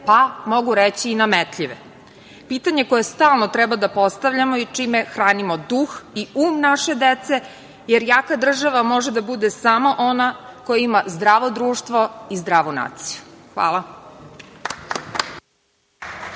pa mogu reći i nametljive. Pitanje koje stalno treba da postavljamo je čime hranimo duh i um naše dece, jer jaka država može da bude samo ona koja ima zdravo društvo i zdravu naciju. Hvala.